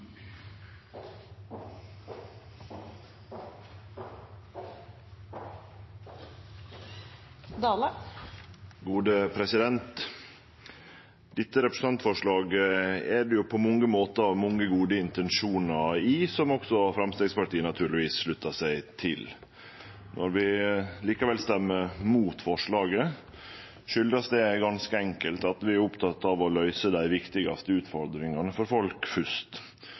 det på mange måtar mange gode intensjonar i, som også Framstegspartiet naturlegvis sluttar seg til. Når vi likevel stemmer imot forslaga, kjem det ganske enkelt av at vi er opptekne av å løyse dei viktigaste utfordringane for folk